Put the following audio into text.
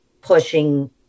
pushing